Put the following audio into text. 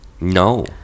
No